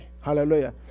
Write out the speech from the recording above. Hallelujah